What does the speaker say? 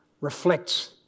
reflects